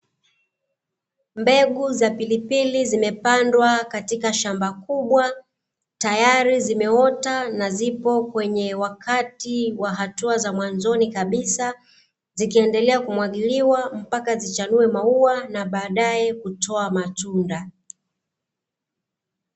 Mbegu za pilipili zimepandwa katika shamba kubwa, tayari zimeota na zipo kwenye wakati wa hatua za mwanzoni kabisa zikiendelea kumwagiliwa mpaka zichanue maua na baadae kutoa matunda.